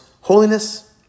holiness